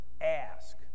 Ask